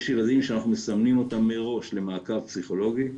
יש ילדים שאנחנו מסמנים אותם מראש למעקב פסיכולוגי.